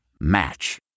Match